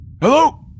Hello